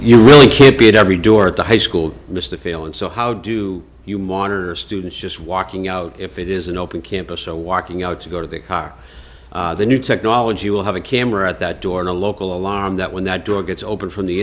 you really can't be at every door at the high school mr fail and so how do you monitor students just walking out if it is an open campus so walking out to go to the car the new technology will have a camera at that door and a local alarm that when that door gets opened from the